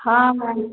हाँ हम